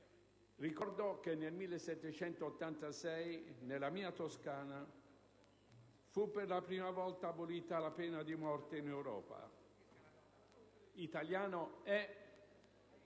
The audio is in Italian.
Ricordo che nel 1786, nella mia Toscana, fu per la prima volta abolita la pena di morte in Europa e che è